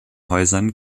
häusern